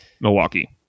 Milwaukee